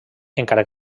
encara